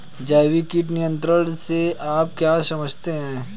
जैविक कीट नियंत्रण से आप क्या समझते हैं?